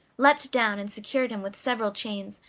leaped down, and secured him with several chains,